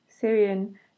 Syrian